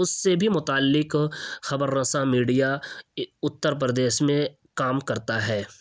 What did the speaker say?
اس سے بھی متعلق خبر رساں میڈیا اتر پردیش میں کام کرتا ہے